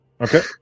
Okay